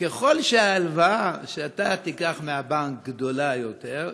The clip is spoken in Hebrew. ככל שההלוואה שאתה תיקח מהבנק גדולה יותר,